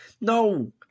No